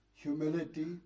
Humility